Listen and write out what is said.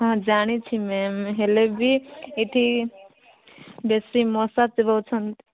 ହଁ ଜାଣିଛି ମ୍ୟାମ୍ ହେଲେବି ଏଠି ବେଶୀ ମଶା ଚୋବାଉଛନ୍ତି